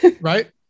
right